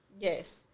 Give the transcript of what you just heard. Yes